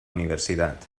universidad